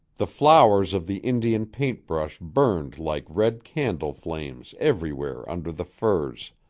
the flowers of the indian paint-brush burned like red candle flames everywhere under the firs,